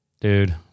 Dude